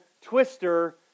twister